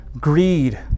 greed